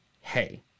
Hey